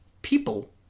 People